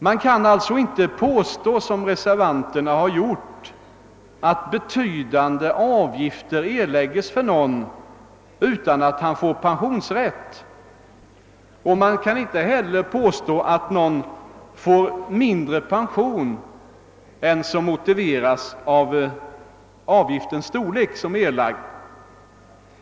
Man kan alltså inte påstå, såsom reservanterna har gjort, att betydande avgifter erlägges för någon person utan att denne får pensionsrätt, och man kan inte heller påstå att någon får lägre pension än som är motiverat av den erlagda avgiftens storlek.